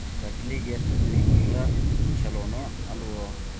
ಕಡ್ಲಿಗೆ ಸ್ಪ್ರಿಂಕ್ಲರ್ ಛಲೋನೋ ಅಲ್ವೋ?